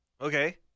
Okay